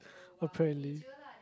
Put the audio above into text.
apparently